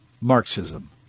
Marxism